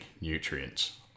nutrients